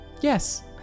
Yes